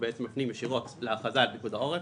נותנים ישירות על פי ההכרזה של פיקוד העורף,